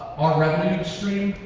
our revenue stream,